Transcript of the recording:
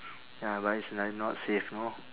ya but it's like not safe know